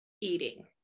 eating